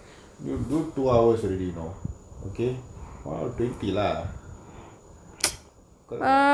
you do two hours already know okay !wow! twenty lah குறைவா:kuraivaa